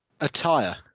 Attire